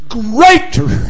greater